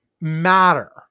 matter